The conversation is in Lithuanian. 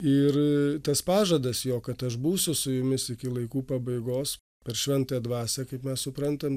ir tas pažadas jog kad aš būsiu su jumis iki laikų pabaigos per šventąją dvasią kaip mes suprantam